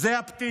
זה הפתיל.